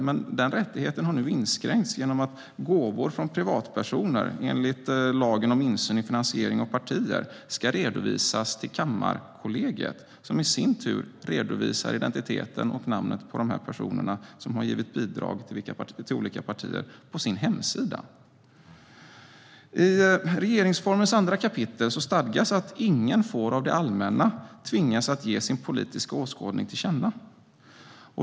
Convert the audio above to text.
Men denna rättighet har nu inskränkts genom att gåvor från privatpersoner enligt lagen om insyn i finansiering av partier ska redovisas till Kammarkollegiet, som i sin tur på sin hemsida redovisar identiteten och namnet på de personer som har gett bidrag till olika partier. I 2 kap. 2 § regeringsformen stadgas att ingen av det allmänna får tvingas att ge sin politiska åskådning till känna.